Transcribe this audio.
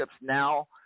now